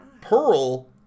Pearl